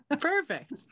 Perfect